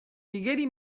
igeri